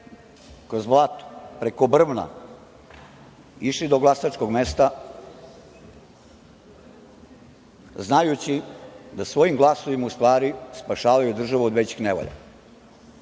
kroz blato, preko brvna išli do glasačkog mesta, znajući da svojim glasovima u stvari spašavaju državu od većih nevolja.